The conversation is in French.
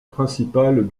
principale